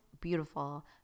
beautiful